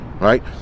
right